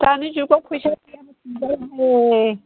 दानि जुगाव फैसा गैयाबा थांजायाहाय